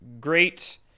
Great